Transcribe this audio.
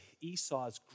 Esau's